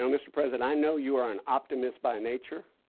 you know mr. president, i know you are an optimist by nature,